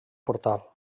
portal